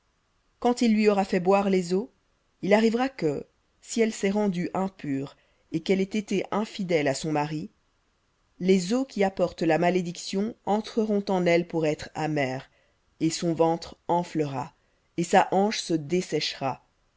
quand il lui aura fait boire les eaux il arrivera que si elle s'est rendue impure et qu'elle ait été infidèle à son mari les eaux qui apportent la malédiction entreront en elle pour être amères et son ventre enflera et sa hanche se desséchera